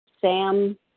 Sam